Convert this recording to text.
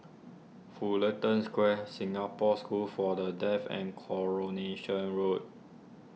Fullerton Square Singapore School for the Deaf and Coronation Road